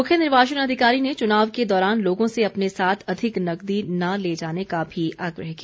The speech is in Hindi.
मुख्य निर्वाचन अधिकारी ने चुनाव के दौरान लोगों से अपने साथ अधिक नकदी न ले जाने का भी आग्रह किया